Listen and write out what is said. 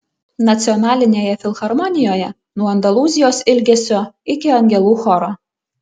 nacionalinėje filharmonijoje nuo andalūzijos ilgesio iki angelų choro